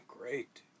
great